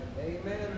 Amen